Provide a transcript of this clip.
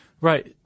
Right